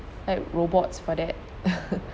like robots for that